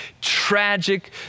tragic